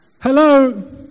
Hello